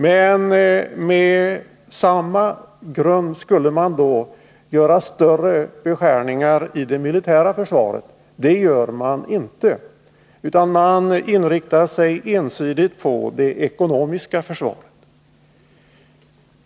Med samma grund skulle man då kunna göra större beskärningar i det militära försvaret. Det gör man emellertid inte, utan man inriktar sig ensidigt på det ekonomiska försvaret.